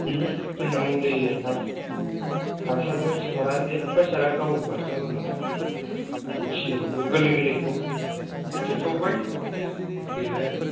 ओहो जोंना मुलि हासारबो सारा जेब्बो सारा गाव हारसिं रज'नाय खिलियो गोरलै गोरलैखौ खेबस'बाय देबाय आरो